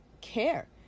care